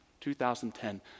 2010